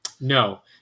No